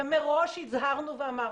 ומראש הזהרנו ואמרנו,